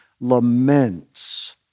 laments